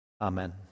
Amen